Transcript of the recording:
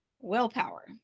willpower